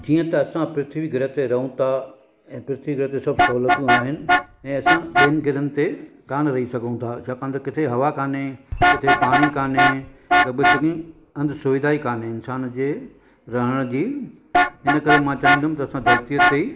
जीअं त असां पृथ्वी ग्रह ते रहूं था ऐं पृथ्वी ग्रह ते सभु सहूलियतूं आहिनि ऐं असां ॿियनि ग्रहनि ते कान रही सघूं था छाकाण त किथे हवा कान्हे किथे पाणी कान्हे लॻभॻ चङियुनि हंधु सुविधा ई कान्हे इंसान जे रहण जी इन करे मां चाहींदुमि त असां धरतीअ ते